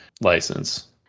license